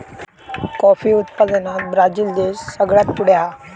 coffee उत्पादनात Brazil देश सगळ्यात पुढे हा